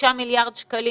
בשלושה מיליארד שקלים,